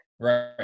Right